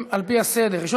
נוכח האמור,